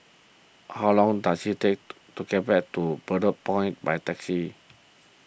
how long does it take to get to Bedok Point by taxi